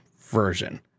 version